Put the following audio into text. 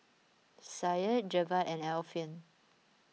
Syed Jebat and Alfian